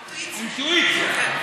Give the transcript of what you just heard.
אינטואיציה.